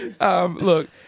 Look